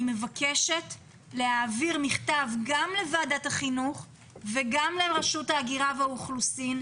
אני מבקשת להעביר מכתב גם לוועדת החינוך וגם לרשות הגירה והאוכלוסין,